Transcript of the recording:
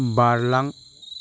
बारलां